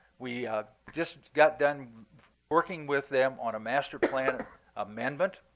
we just got done working with them on a master plan amendment.